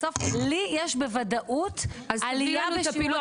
בסוף לי יש בוודאות עלייה בדיווחים.